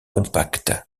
compact